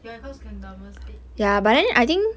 ya because can double sit double